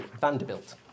Vanderbilt